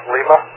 Lima